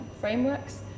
frameworks